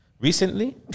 Recently